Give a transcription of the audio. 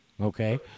Okay